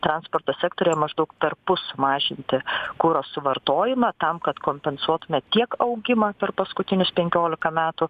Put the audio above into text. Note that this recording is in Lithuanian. transporto sektoriuje maždaug perpus mažinti kuro suvartojimą tam kad kompensuotume tiek augimą per paskutinius penkiolika metų